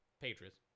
Patriots